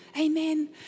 Amen